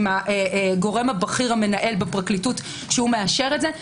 עם הגורם הבכיר המנהל בפרקליטות שמאשר את זה,